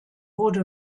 wurde